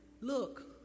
look